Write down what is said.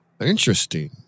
Interesting